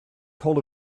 told